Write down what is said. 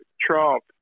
Trump